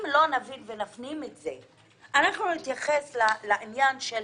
אם לא נבין ונפנים את זה אנחנו נתייחס לעניין של